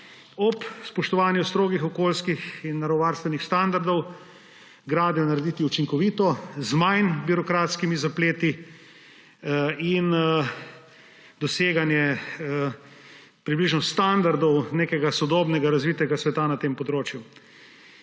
ob spoštovanju strogih okoljskih in naravovarstvenih standardov gradnjo narediti učinkovito, z manj birokratskimi zapleti in doseganje približno standardov nekega sodobnega razvitega sveta na tem področju.